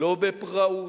לא בפראות,